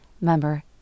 member